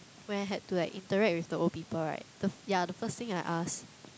where I had to like interact with the old people right the f~ ya the first thing I ask